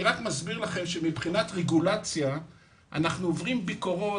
מבחינת רגולציה אנחנו עוברים ביקורות,